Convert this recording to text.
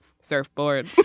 Surfboard